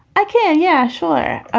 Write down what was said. i can. yeah, sure.